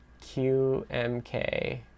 QMK